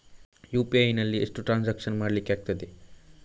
UPI ನಲ್ಲಿ ಎಷ್ಟು transaction ಮಾಡ್ಲಿಕ್ಕೆ ಆಗ್ತದೆ?